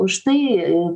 už tai